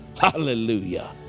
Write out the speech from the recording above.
Hallelujah